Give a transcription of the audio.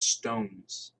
stones